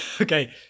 okay